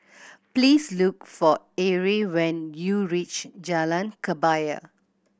please look for Erie when you reach Jalan Kebaya